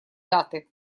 даты